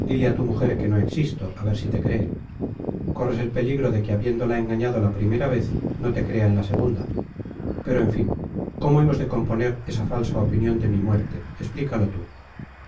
dile a tu mujer que no existo a ver si te cree corres el peligro de que habiéndola engañado la primera vez no te crea en la segunda pero en fin cómo hemos de componer esa falsa opinión de mi muerte explícalo tú